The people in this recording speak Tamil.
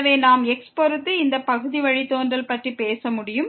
எனவே நாம் x பொறுத்து இந்த பகுதி வழித்தோன்றல் பற்றி பேச முடியும்